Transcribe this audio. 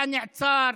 היה נעצר,